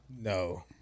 No